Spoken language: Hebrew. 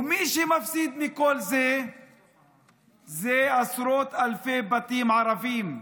ומי שמפסיד מכל זה אלו עשרות אלפי בתים ערביים.